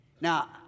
Now